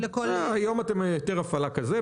היום אתם עם היתר הפעלה כזה,